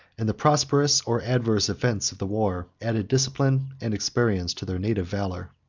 and the prosperous or adverse events of the war added discipline and experience to their native valor.